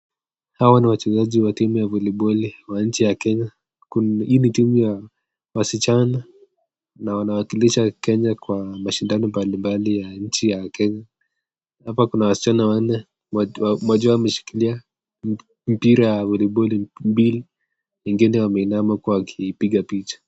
Hawa ni wachezaji wa timu ya voliboli wa nchi ya kenya hii ni timu ya wasichana na wanawakilisha kenya kwa mashindano mbalimbali ya nchi ya kenya, hapa kuna wasichana wanne mmoja wao ameshikilia mpira ya voliboli mbili wengine wameinama huku wakipiga picha.